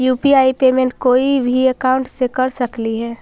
हम UPI payment कोई भी अकाउंट से कर सकली हे?